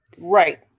Right